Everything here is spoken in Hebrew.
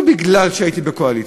ולא בגלל שהייתי בקואליציה.